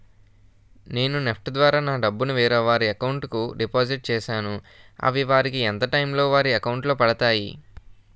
నేను నెఫ్ట్ ద్వారా నా డబ్బు ను వేరే వారి అకౌంట్ కు డిపాజిట్ చేశాను అవి వారికి ఎంత టైం లొ వారి అకౌంట్ లొ పడతాయి?